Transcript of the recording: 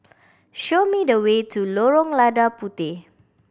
show me the way to Lorong Lada Puteh